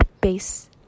base